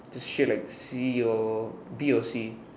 the shit like C E o B o